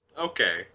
Okay